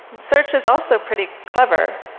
search is also pretty clever,